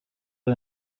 این